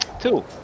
Two